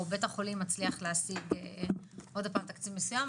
או שבית החולים מצליח להשיג עוד הפעם תקציב מסוים.